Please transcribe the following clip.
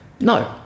No